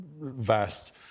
vast